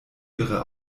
ihre